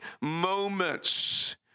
moments